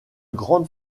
grande